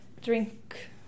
drink